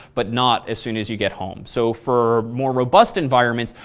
but not as soon as you get home. so, for more robust environments,